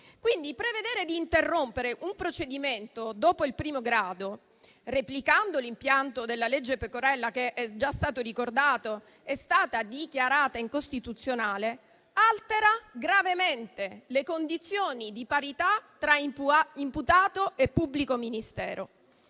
quindi di interrompere un procedimento dopo il primo grado, replicando l'impianto della legge Pecorella, che, come ricordato, è stata dichiarata incostituzionale, altera gravemente le condizioni di parità tra imputato e pubblico ministero.